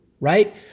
right